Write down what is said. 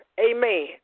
amen